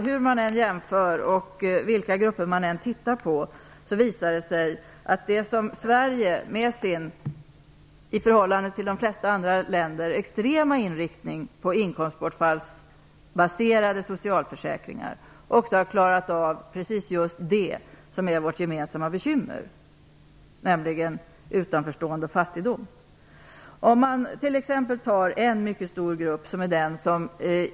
Hur man än jämför, och vilka grupper man än tittar på, visar det sig att Sverige med sin, i förhållande till de flesta andra länder, extrema inriktning på inkomstbortfallsbaserade socialförsäkringar har klarat av just våra gemensamma bekymmer med utanförstående och fattigdom. Pensionärerna är exempel på en mycket stor grupp som ingår i gruppen fattiga.